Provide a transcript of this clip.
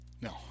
No